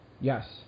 Yes